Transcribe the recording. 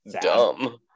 dumb